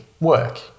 work